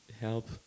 help